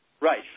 Right